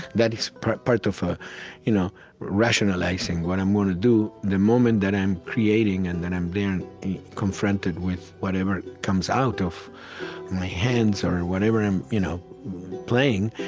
that it's part part of ah you know rationalizing what i'm going to do. the moment that i'm creating, and then i'm there confronted with whatever comes out of my hands or and whatever i am you know playing,